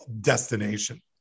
destination